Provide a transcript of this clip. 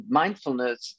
mindfulness